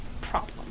problem